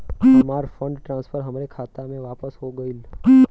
हमार fund transfer हमरे खाता मे वापस हो गईल